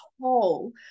whole